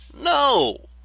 No